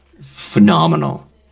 phenomenal